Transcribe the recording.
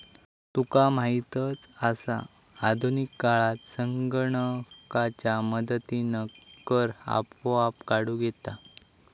तुका माहीतच आसा, आधुनिक काळात संगणकाच्या मदतीनं कर आपोआप काढूक येता